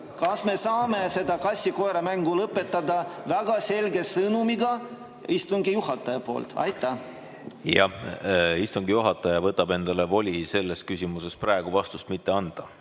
Kas me saame selle kassi-koera mängu lõpetada väga selge sõnumiga istungi juhatajalt? Jah. Istungi juhataja võtab endale voli selles küsimuses praegu vastust mitte anda